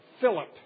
Philip